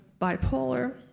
bipolar